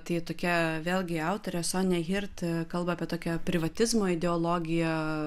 tai tokia vėlgi autorė sonia hirt kalba apie tokią privatizmo ideologiją